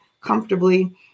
comfortably